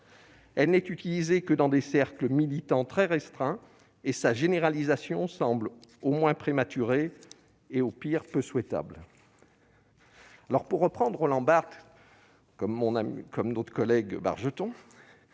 Elle n'est utilisée que dans des cercles militants très restreints, et sa généralisation semble au moins prématurée, au pire peu souhaitable. Comme notre collègue Bargeton,